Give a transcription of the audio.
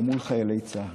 לא מול חיילי צה"ל.